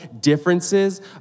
differences